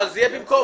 אבל זה יהיה במקום.